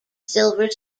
silver